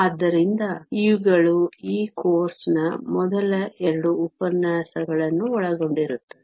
ಆದ್ದರಿಂದ ಇವುಗಳು ಈ ಕೋರ್ಸ್ನ ಮೊದಲ 2 ಉಪನ್ಯಾಸಗಳನ್ನು ಒಳಗೊಂಡಿರುತ್ತವೆ